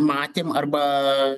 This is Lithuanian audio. matėm arba